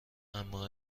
اما